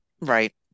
Right